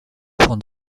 von